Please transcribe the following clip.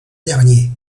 dernier